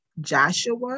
Joshua